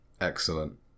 Excellent